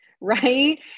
right